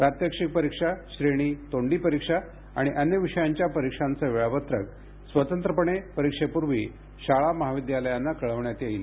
प्रात्यक्षिक परीक्षा श्रेणी तोंडी परीक्षा आणि अन्य विषयांच्या परीक्षांचे वेळापत्रक स्वतंत्रपणे परीक्षेपूर्वी शाळा महाविद्यालयांना कळवण्यात येईल